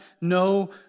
no